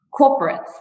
corporates